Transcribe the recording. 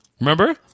Remember